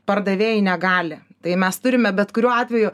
pardavėjai negali tai mes turime bet kuriuo atveju